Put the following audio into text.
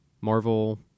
Marvel